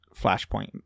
Flashpoint